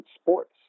sports